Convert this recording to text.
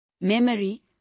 Memory